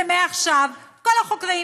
שמעכשיו כל החוקרים,